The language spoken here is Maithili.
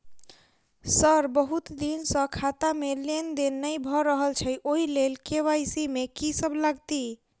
सर बहुत दिन सऽ खाता मे लेनदेन नै भऽ रहल छैय ओई लेल के.वाई.सी मे की सब लागति ई?